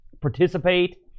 participate